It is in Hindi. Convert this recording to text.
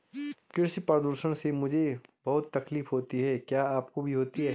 कृषि प्रदूषण से मुझे बहुत तकलीफ होती है क्या आपको भी होती है